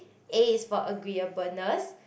A is for agreeableness